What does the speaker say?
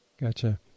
Gotcha